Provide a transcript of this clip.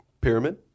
pyramid